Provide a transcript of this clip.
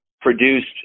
produced